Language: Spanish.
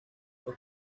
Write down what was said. los